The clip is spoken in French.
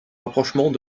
rapprochement